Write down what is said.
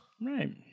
Right